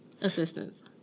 Assistance